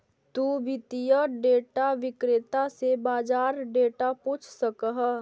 तु वित्तीय डेटा विक्रेता से बाजार डेटा पूछ सकऽ हऽ